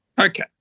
okay